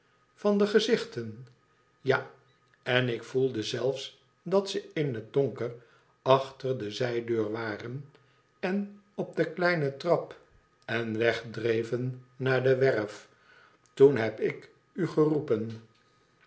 van de gezichten ja en ik voelde zelfs dat ze in het donker achter de zijdeur waren en op de kleine trap ea wegdreven naar de werf toen heb ik u geroepen